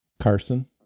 Carson